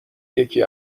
یکی